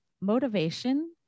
motivation